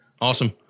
Awesome